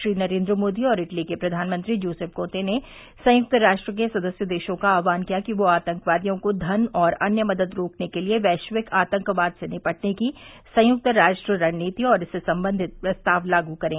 श्री नरेन्द्र मोदी और इटली के प्रधानमंत्री ज्यूसेप कोंते ने संयुक्त राष्ट्र के सदस्य देशों का आहवान किया कि ये आतंकवादियों को धन और अन्य मदद रोकने के लिए वैश्विक आतंकवाद से निपटने की संयुक्त राष्ट्र रणनीति और इससे संबंधित प्रस्ताव लागू करें